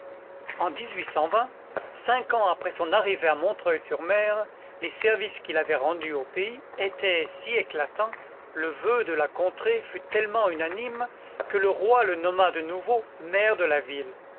en cinq ans après son arrivée à montreuil sur mer les services qu'il avait rendus au pays étaient si éclatants le voeu de la contrée fut tellement unanime que le roi le nomma de nouveau maire de la ville